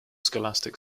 scholastic